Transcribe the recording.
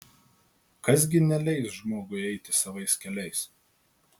kas gi neleis žmogui eiti savais keliais